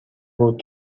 بود